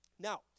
Now